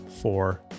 four